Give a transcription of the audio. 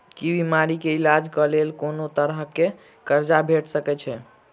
की बीमारी कऽ इलाज कऽ लेल कोनो तरह कऽ कर्जा भेट सकय छई?